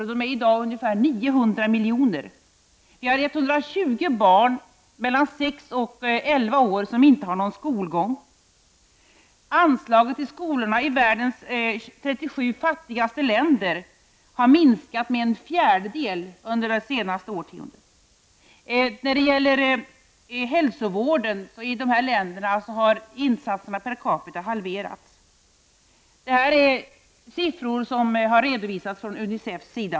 I dag är det ungefär 900 miljoner. Vi har 120 miljoner barn mellan sex och elva år som inte får någon skolgång. Anslagen till skolorna i världens 37 fattigaste länder har minskat med en fjärdedel under de senaste årtiondena. När det gäller hälsovården i dessa fattiga länder har insatserna per capita halverats. Dessa siffror har redovisats av UNICEF.